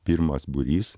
pirmas būrys